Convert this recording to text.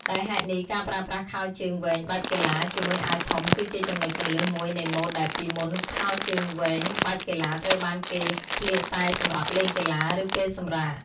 ដោយហេតុនេះ ការប្រើប្រាស់ខោជើងវែងបែបកីឡា ជាមួយអាវធំ គឺជាចំណុចគន្លឹះមួយនៃម៉ូដដែលពីមុនខោជើងវែងបែបកីឡាត្រូវបានគេស្លៀកតែសម្រាប់លេងកីឡា ឬពេលសម្រាក។